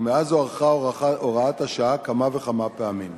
ומאז הוארכה הוראת השעה כמה וכמה פעמים.